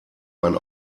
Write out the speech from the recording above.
man